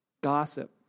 Gossip